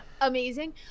amazing